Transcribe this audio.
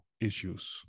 issues